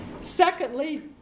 Secondly